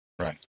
right